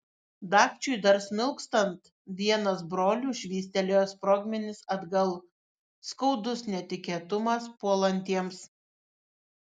dagčiui dar smilkstant vienas brolių švystelėjo sprogmenis atgal skaudus netikėtumas puolantiems